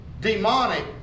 demonic